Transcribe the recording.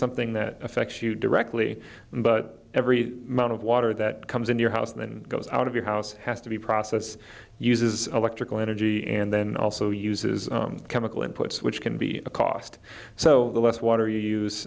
something that affects you directly but every month of water that comes in your house and then goes out of your house has to be process uses electrical energy and then also uses chemical inputs which can be a cost so the less water